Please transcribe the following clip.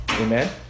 Amen